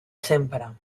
sempre